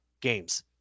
games